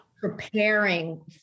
preparing